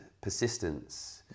persistence